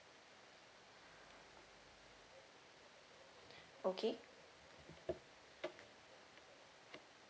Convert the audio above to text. okay